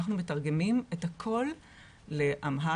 אנחנו מתרגמים את הכול לאמהרית,